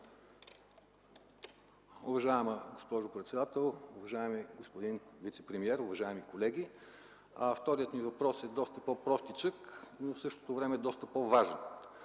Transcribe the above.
Уважаема госпожо председател, уважаеми господин вицепремиер, уважаеми колеги! Вторият ми въпрос е по-простичък, но в същото време доста по-важен.